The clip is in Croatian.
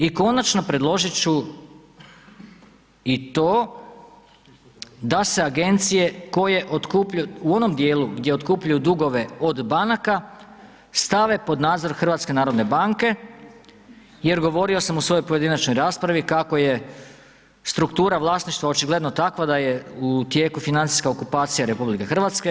I konačno predložit ću i to da se agencije koje otkupljuju, u onom dijelu gdje otkupljuju dugove od banaka stave pod nadzor HNB-a jer govorio sam u svojoj pojedinačnoj raspravi kako je struktura vlasništva očigledno takva da je u tijeku financijska okupacija RH.